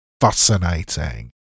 fascinating